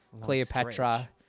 Cleopatra